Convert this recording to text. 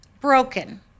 broken